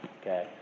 okay